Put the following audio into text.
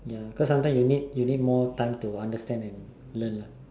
ya cause sometimes you need you need more time to understand and learn lah